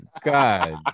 God